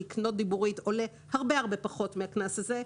יכול לקנות דיבורית שעולה הרבה פחות מגובה הקנס הזה.